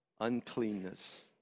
uncleanness